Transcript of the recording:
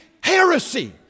heresy